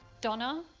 donna,